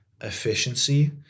efficiency